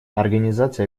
организация